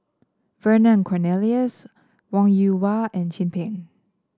Vernon Cornelius Wong Yoon Wah and Chin Peng